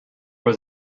was